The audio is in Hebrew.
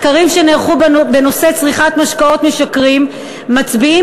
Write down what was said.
מחקרים שנערכו בנושא צריכת משקאות משכרים מצביעים